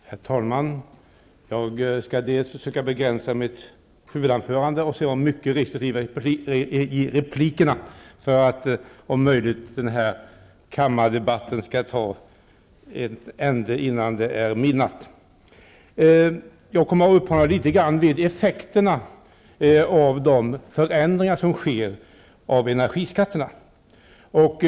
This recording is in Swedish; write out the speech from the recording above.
Herr talman! Jag skall dels söka begränsa mitt huvudanförande, dels vara mycket restriktiv i mina repliker, för att denna kammardebatt om möjligt skall ta en ände innan det är midnatt. Jag kommer att uppehålla mig litet grand vid effekterna av de förändringar som sker i energiskatterna.